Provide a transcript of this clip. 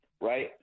Right